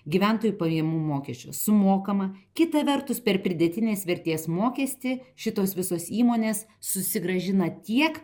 gyventojų pajamų mokesčio sumokama kita vertus per pridėtinės vertės mokestį šitos visos įmonės susigrąžina tiek